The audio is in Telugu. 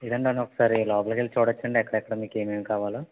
ఏదండి నేను ఒకసారి లోపలికెళ్ళి చూడొచ్చండి ఎక్కడెక్కడ మీకు ఏమేం కావాలో